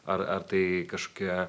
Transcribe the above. ar ar tai kažkokia